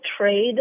trade